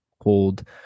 hold